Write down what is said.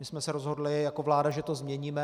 My jsme se rozhodli jako vláda, že to změníme.